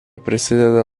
prasideda